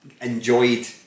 enjoyed